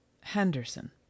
HENDERSON